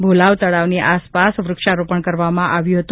ભોલાવ તળાવની આસપાસ વૃક્ષારોપણ કરવામાં આવ્યું હતું